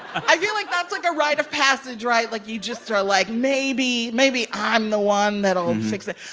i feel like that's, like, a rite of passage, right? like, you just are like, maybe maybe i'm the one that'll and fix it.